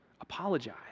apologize